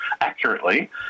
accurately